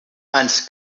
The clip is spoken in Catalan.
ans